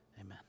amen